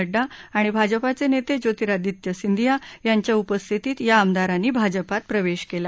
नड्डा आणि भाजपाचे नेते ज्योतिरादित्य सिंदीया यांच्या उपस्थितीत या आमदारांनी भाजपात प्रवेश केला